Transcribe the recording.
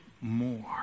more